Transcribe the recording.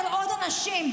את הטילים,